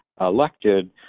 elected